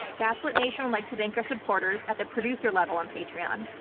gaslit nation would like to thank our supporters at the producer level on patreon.